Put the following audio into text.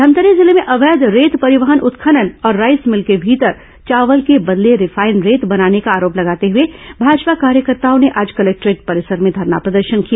धमतरी जिले में अवैध रेत परिवहन उत्खनन और राईस मिल के भीतर चावल के बदले रिफाइन रेत बनाने का आरोप लगाते हए भाजपा कार्यकर्ताओं ने आज कलेक्टारेट परिसर में धरना प्रदर्शन किया